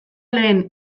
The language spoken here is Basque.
lehen